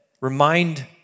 remind